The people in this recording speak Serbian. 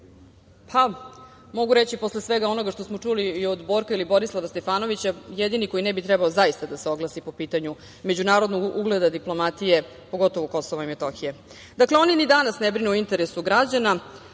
se, mogu reći posle svega onoga što smo čuli i od Borka ili Borislava Stefanovića, jedini koji ne bi trebao zaista da se oglasi po pitanju međunarodnog ugleda diplomatije, pogotovo Kosova i Metohije. Dakle, oni ni danas ne brinu o interesu građana.